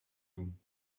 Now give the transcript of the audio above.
doen